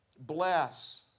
Bless